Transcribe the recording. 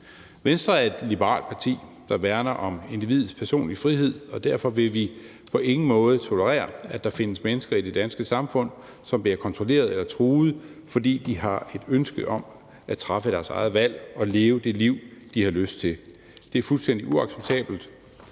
Venstre er et liberalt parti, der værner om individets personlige frihed, og derfor vil vi på ingen måde tolerere, at der findes mennesker i det danske samfund, som bliver kontrolleret eller truet, fordi de har et ønske om at træffe deres eget valg og leve det liv, de har lyst til. Det er fuldstændig uacceptabelt